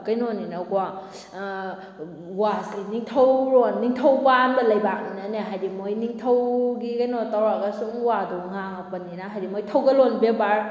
ꯀꯩꯅꯣꯅꯤꯅꯀꯣ ꯋꯥꯁꯦ ꯅꯤꯡꯊꯧꯔꯣꯜ ꯅꯤꯡꯊꯧ ꯄꯥꯟꯕ ꯂꯩꯕꯥꯛꯅꯤꯅꯅꯦ ꯍꯥꯏꯗꯤ ꯃꯣꯏ ꯅꯤꯡꯊꯧꯒꯤ ꯀꯩꯅꯣ ꯇꯧꯔꯒ ꯁꯨꯝ ꯋꯥꯗꯣ ꯉꯥꯡꯉꯛꯄꯅꯤꯅ ꯍꯥꯏꯗꯤ ꯃꯣꯏ ꯊꯧꯒꯜꯂꯣꯟ ꯕꯦꯕꯥꯔ